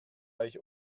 euch